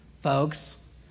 folks